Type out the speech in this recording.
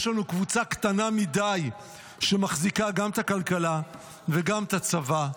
יש לנו קבוצה קטנה מדי שמחזיקה גם את הכלכלה וגם את הצבא.